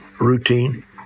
routine